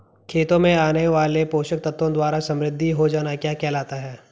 खेतों में आने वाले पोषक तत्वों द्वारा समृद्धि हो जाना क्या कहलाता है?